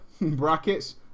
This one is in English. Brackets